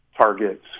targets